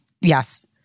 Yes